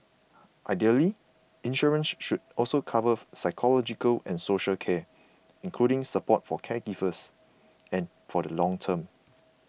ideally insurance should also cover psychological and social care including support for caregivers and for the long term